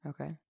Okay